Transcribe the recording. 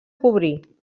cobrir